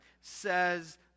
says